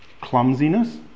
Clumsiness